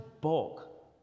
bulk